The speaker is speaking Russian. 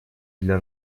для